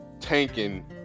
tanking